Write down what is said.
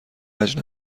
وجه